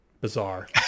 Bizarre